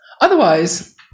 otherwise